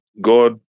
God